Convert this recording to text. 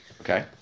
Okay